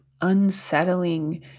unsettling